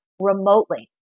remotely